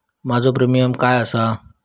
माझो प्रीमियम काय आसा?